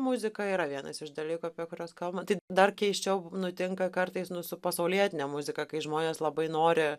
muzika yra vienas iš dalykų apie kuriuos kalba tai dar keisčiau nutinka kartais su pasaulietine muzika kai žmonės labai nori